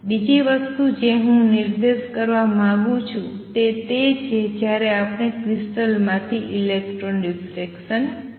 બીજી વસ્તુ જે હું નિર્દેશ કરવા માંગું છું તે તે છે જ્યારે આપણે ક્રિસ્ટલ માથી ઇલેક્ટ્રોન ડિફ્રેક્શન જોયું